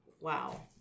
Wow